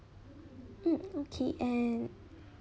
mm okay and